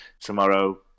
tomorrow